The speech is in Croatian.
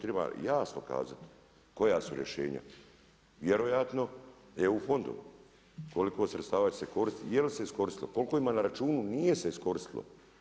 Treba jasno kazati koja su rješenja, vjerojatno EU fondovi, koliko sredstava se koristi, je li se iskoristilo, koliko ima na računu, nije se iskoristilo.